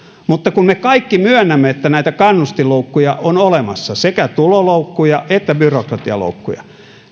mutta kun me kaikki myönnämme että näitä kannustinloukkuja on olemassa sekä tuloloukkuja että byrokratialoukkuja